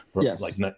Yes